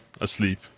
asleep